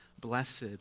blessed